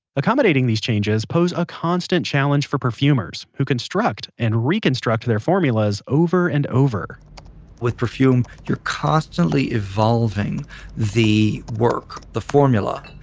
accommodating these changes pose a constant challenge for perfumers, who construct, and reconstruct their formulas over and over with perfume you're constantly evolving the work, the formula.